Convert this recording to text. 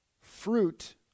Fruit